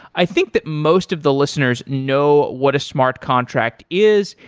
i think that most of the listeners know what a smart contract is.